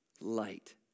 light